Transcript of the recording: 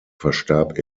verstarb